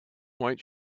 white